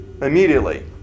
Immediately